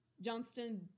Johnston